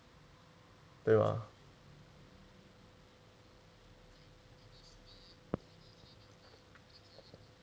对吗